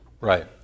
Right